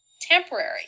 temporary